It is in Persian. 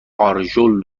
آرژول